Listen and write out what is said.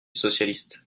socialiste